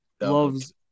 loves